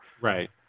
Right